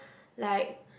like